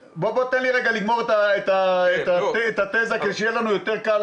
תן לי לגמור את התיזה כדי שיהיה לנו יותר קל